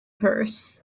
purse